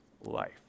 life